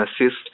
assist